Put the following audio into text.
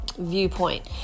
viewpoint